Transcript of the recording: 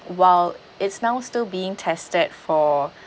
while it's now still being tested for